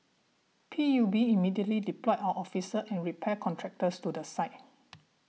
P U B immediately deployed our officers and repair contractors to the site